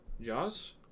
Jaws